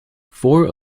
four